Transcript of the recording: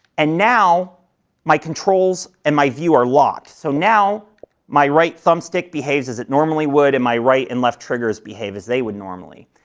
and now my controls and my view are locked, so now my right thumb stick behaves as it normally would, and my right and left triggers behave as they would normally.